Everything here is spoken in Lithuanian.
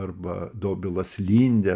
arba dobilas lindė